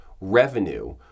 revenue